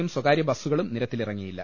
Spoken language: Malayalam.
യും സ്വകാര്യബസുകളും നിരത്തിലിറങ്ങിയില്ല